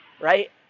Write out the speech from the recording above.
right